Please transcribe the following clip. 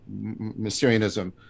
Mysterianism